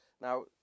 Now